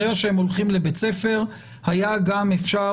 ברגע שהם הולכים לבית ספר היה גם אפשר